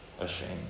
ashamed